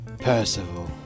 Percival